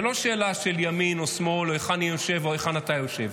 זאת לא שאלה של ימין ושמאל או היכן אני יושב או היכן אתה יושב.